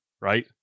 right